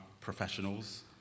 professionals